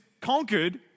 conquered